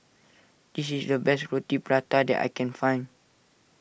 this is the best Roti Prata that I can find